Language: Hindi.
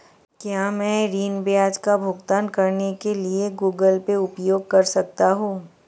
क्या मैं ऋण ब्याज का भुगतान करने के लिए गूगल पे उपयोग कर सकता हूं?